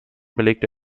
belegte